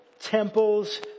temples